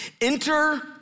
Enter